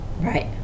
right